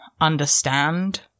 understand